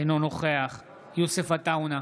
אינו נוכח יוסף עטאונה,